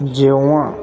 जेव्हा